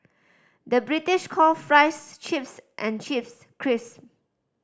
the British call fries chips and chips crisp